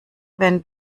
wenn